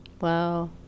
wow